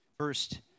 First